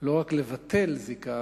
לא רק לבטל זיקה,